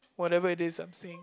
whatever it is I'm saying